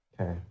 Okay